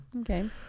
Okay